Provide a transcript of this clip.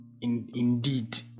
indeed